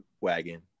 wagon